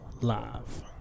live